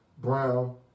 brown